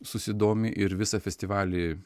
susidomi ir visą festivalį